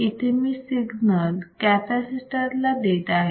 इथे मी signal capacitor ला देत आहे